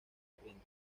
corriente